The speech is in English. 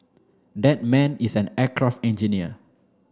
that man is an aircraft engineer